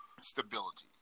stability